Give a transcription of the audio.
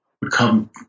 become